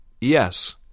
Yes